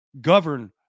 govern